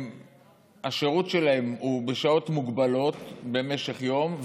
השירות שלהם הוא בשעות מוגבלות במשך היום,